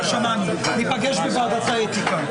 א המהות של דמוקרטיה ישראלית כי מאפשרת לנו-